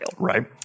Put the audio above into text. Right